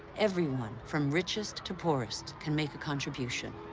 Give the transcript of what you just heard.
everyone, from richest to poorest, can make a contribution.